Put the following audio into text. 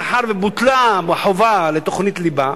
מאחר שבוטלה החובה של תוכניות הליבה,